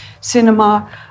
cinema